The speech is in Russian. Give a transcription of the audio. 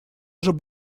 тоже